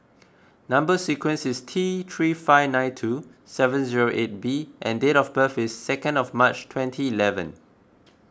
Number Sequence is T three five nine two seven zero eight B and date of birth is second of March twenty eleven